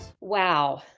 Wow